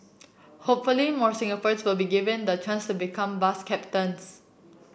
hopefully more Singaporeans will be given the chance become bus captains